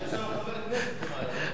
יש שם חבר כנסת למעלה, לא?